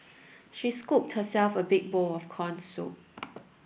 she scooped herself a big bowl of corn soup